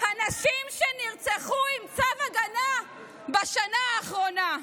הנשים שנרצחו עם צו הגנה בשנה אחרונה: